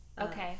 Okay